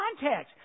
context